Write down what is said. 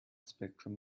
spectrum